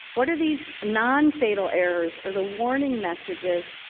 what are these non fatal errors, or the warning messages?